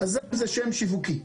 אז זה שם שיווקי.